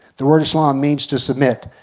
the word islam means to submit.